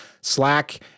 Slack